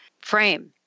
frame